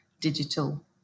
digital